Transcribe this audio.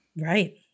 Right